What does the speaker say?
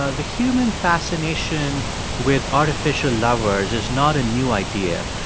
ah the human fascination with artificial lovers is not a new idea.